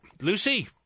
Lucy